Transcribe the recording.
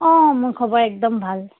অঁ মোৰ খবৰ একদম ভাল